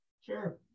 sure